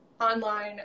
online